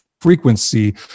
frequency